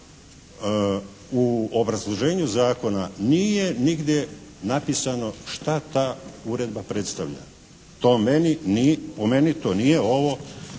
U obrazloženju zakona nije nigdje napisano šta ta uredba predstavlja. To meni, po